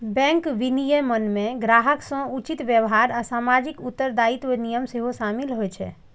bank विनियमन मे ग्राहक सं उचित व्यवहार आ सामाजिक उत्तरदायित्वक नियम सेहो शामिल होइ छै